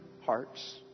hearts